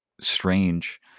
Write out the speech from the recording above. strange